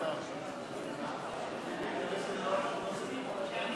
ההצבעה: